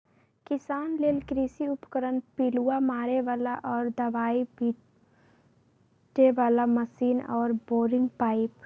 किसान लेल कृषि उपकरण पिलुआ मारे बला आऽ दबाइ छिटे बला मशीन आऽ बोरिंग पाइप